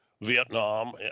Vietnam